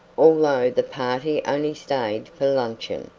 although the party only stayed for luncheon,